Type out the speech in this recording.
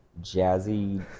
Jazzy